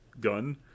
gun